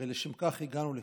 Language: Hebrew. הרי לשם כך הגענו לכאן.